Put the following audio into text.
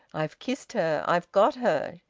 i've kissed her! i've got her!